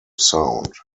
sound